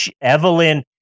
Evelyn